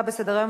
נתקבלה.